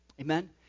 Amen